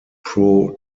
pro